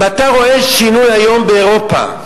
אם אתה רואה שינוי היום באירופה,